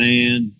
Man